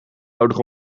nodig